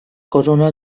corona